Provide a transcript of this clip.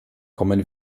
kommen